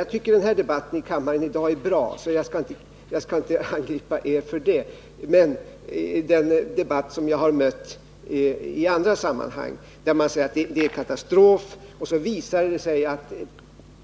Jag tycker visserligen att dagens diskussion här i kammaren är bra, och jag skall därför inte angripa er för vad som förekommit i den här vägen, men i debatt som jag mött i andra sammanhang har man ibland sagt att det varit fråga om en katastrof, trots att det senare